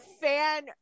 Fan